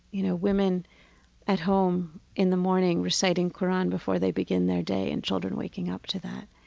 you know, women at home in the morning reciting qur'an before they begin their day and children waking up to that.